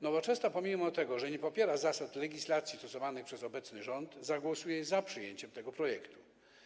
Nowoczesna, pomimo tego, że nie popiera zasad legislacji stosowanych przez obecny rząd, zagłosuje za przyjęciem tego projektu.